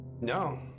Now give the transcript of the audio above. no